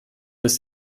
ist